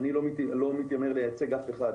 אני לא מתיימר לייצג אף אחד